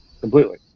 completely